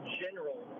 general